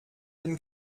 den